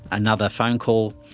another phone call.